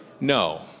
no